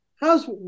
how's